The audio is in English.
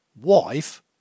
Wife